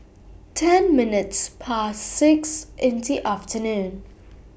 ten minutes Past six in The afternoon